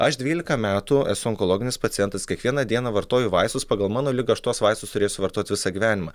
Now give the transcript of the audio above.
aš dvylika metų esu onkologinis pacientas kiekvieną dieną vartoju vaistus pagal mano ligą aš tuos vaistus turėsiu vartot visą gyvenimą